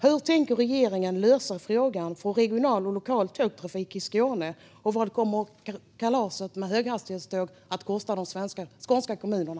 Hur tänker regeringen lösa frågan för regional och lokal tågtrafik i Skåne, och vad kommer kalaset med höghastighetståg att kosta de skånska kommunerna?